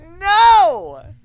No